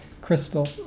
Crystal